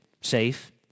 safe